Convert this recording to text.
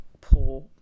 poor